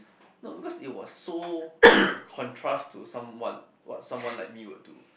no because it was so contrast to some what what someone like me would do